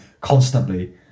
constantly